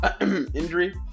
injury